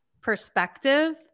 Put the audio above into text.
perspective